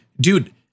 Dude